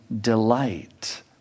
delight